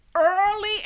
Early